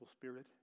spirit